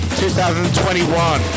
2021